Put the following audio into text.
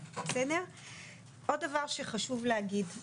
עוד דבר שחשוב להגיד.